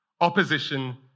opposition